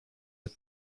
het